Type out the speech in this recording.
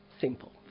Simple